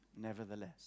nevertheless